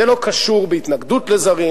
זה לא קשור בהתנגדות לזרים,